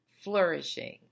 flourishing